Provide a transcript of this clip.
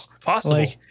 possible